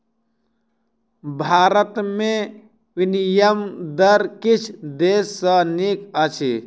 भारत में विनिमय दर किछ देश सॅ नीक अछि